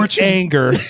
anger